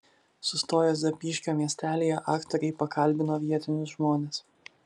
sustoję zapyškio miestelyje aktoriai pakalbino vietinius žmones